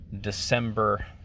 December